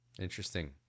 Interesting